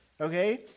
okay